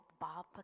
Bob